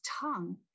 tongue